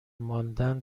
ماندن